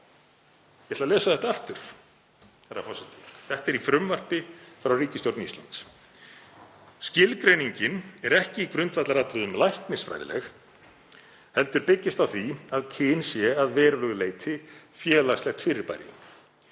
Ég ætla að lesa þetta aftur, herra forseti. Þetta er í frumvarpi frá ríkisstjórn Íslands. „Skilgreiningin er ekki í grundvallaratriðum læknisfræðileg heldur byggist á því að kyn sé að verulegu leyti félagslegt fyrirbæri.“